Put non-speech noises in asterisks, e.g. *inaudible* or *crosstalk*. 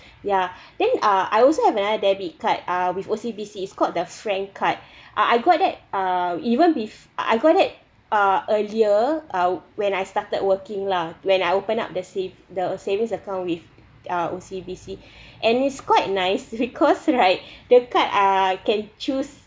ya then uh I also have another debit card uh with O_C_B_C it's called the frank card uh I got that uh even bef~ I got that uh earlier uh when I started working lah when I open up the sav~ the savings account with uh O_C_B_C and it's quite nice *laughs* because right the card uh can choose